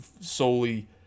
solely